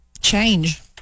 Change